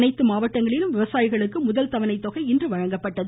அனைத்து மாவட்டங்களிலும் விவசாயிகளுக்கு முதல்தவணைத் தொகை இன்று வழங்கப்பட்டது